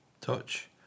Touch